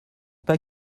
pas